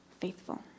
faithful